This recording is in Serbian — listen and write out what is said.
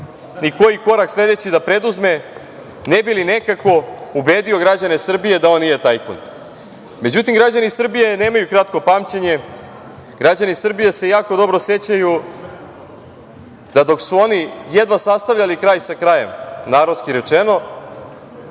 ni koji korak sledeći da preduzme ne bi li nekako ubedio građane Srbije da on nije tajkun.Međutim, građani Srbije nemaju kratko pamćenje. Građani Srbije se jako dobro sećaju da dok su oni jedva sastavljali kraj sa krajem, narodski rečeno,